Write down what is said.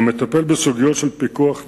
המטפל בסוגיות של פיקוח ואכיפה.